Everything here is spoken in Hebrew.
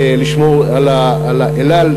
לשמור על "אל על",